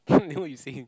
then what you saying